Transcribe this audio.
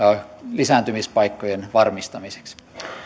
lisääntymispaikkojen varmistamiseksi